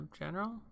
general